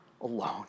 alone